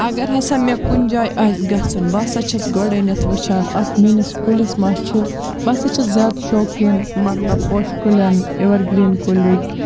اگر ہسا مےٚ کُنہِ جایہِ آسہِ گَژھُن بہٕ ہسا چھَس گۄڈٕنٮ۪تھ وٕچھان اَتھ میٛٲنِس کُلِس ما چھِ بہٕ ہسا چھَس زیادٕ شوقیٖن مطلب پوشہِ کُلٮ۪ن اٮ۪وَر گرٛیٖن کُلِک